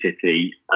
city